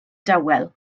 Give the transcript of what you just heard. dawel